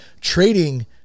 trading